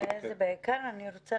תרחיש